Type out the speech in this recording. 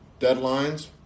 deadlines